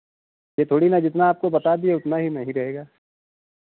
ये थोड़ी ना जितना आपको बता दिए उतना ही नहीं रहेगा